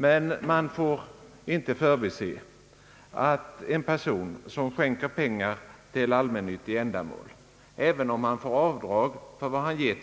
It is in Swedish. Men man får inte förbise att en person som skänker pengar till allmännyttiga ändamål, även om han får avdrag